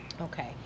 Okay